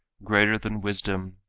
greater than wisdom,